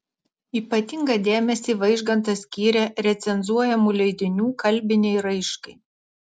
ypatingą dėmesį vaižgantas skyrė recenzuojamų leidinių kalbinei raiškai